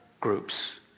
groups